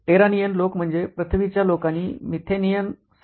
टेरानियन लोक म्हणजे पृथ्वीच्या लोकांनी मेथेनिअनसाठी डिझाइन केले आहे